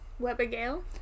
Webbergale